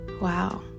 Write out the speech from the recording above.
wow